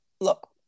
look